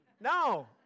No